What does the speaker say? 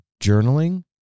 journaling